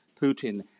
Putin